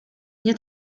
nie